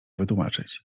wytłumaczyć